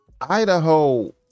Idaho